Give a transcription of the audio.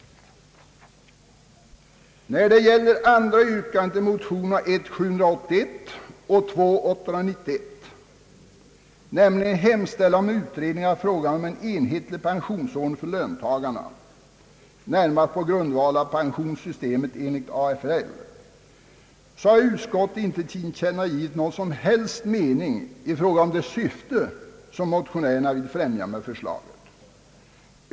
När det gäller det andra yrkandet i motionerna I: 781 och II: 891, nämligen hemställan om utredning av frågan om en enhetlig pensionsordning för löntagarna närmast på grundval av pensionssystemet enligt AFL, så har utskottet inte tillkännagivit någon som helst mening i fråga om det syfte som motionärerna vill främja med förslaget.